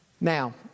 Now